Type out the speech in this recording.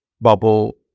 bubble